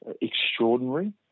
extraordinary